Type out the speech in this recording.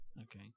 Okay